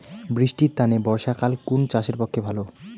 বৃষ্টির তানে বর্ষাকাল কুন চাষের পক্ষে ভালো?